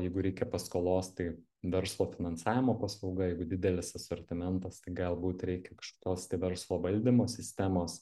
jeigu reikia paskolos tai verslo finansavimo paslauga jeigu didelis asortimentas tai galbūt reikia kažkokios tai verslo valdymo sistemos